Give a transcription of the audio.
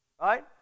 right